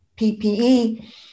PPE